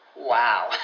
Wow